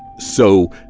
so